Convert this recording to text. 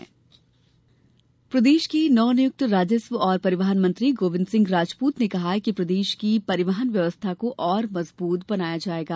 राजपूत कार्यभार प्रदेश के नवनियुक्त राजस्व एवं परिवहन मंत्री गोविंद सिंह राजपूत ने कहा कि प्रदेश की परिवहन व्यवस्था को और बेहतर बनाया जायेगा